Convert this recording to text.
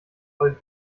voll